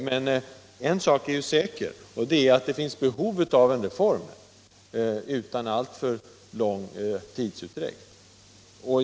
Men en sak är säker, och det är att det finns behov av en reform utan alltför lång tidsutdräkt.